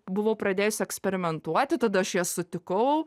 buvau pradėjusi eksperimentuoti tada aš jas sutikau